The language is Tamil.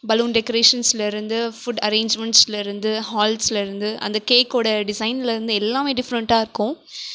பலூன் டெகரேஷன்ஸ்லேருந்து ஃபுட் அரேஞ்மென்ட்ஸ்லேருந்து ஹால்ஸ்லேருந்து அந்த கேக்கோடய டிசைன்லேருந்து எல்லாமே டிஃபரண்ட்டாக இருக்கும்